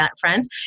friends